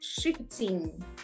shifting